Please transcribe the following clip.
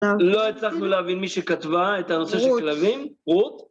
לא הצלחנו להבין מי שכתבה את הנושא של כלבים, רות?